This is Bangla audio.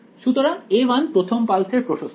সুতরাং a1 প্রথম পালসের প্রশস্ততা